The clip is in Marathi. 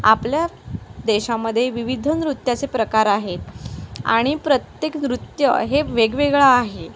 आपल्या देशामध्ये विविध नृत्याचे प्रकार आहेत आणि प्रत्येक नृत्य हे वेगवेगळं आहे